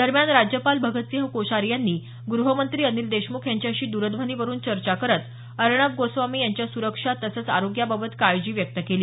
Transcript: दरम्यान राज्यपाल भगतसिंह कोश्यारी यांनी ग्रहमंत्री अनिल देशमुख यांच्याशी द्रध्वनीवरून चर्चा करत अर्णब गोस्वामी यांच्या सुरक्षा तसंच आरोग्याबाबत काळजी व्यक्त केली